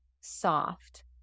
soft